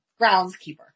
groundskeeper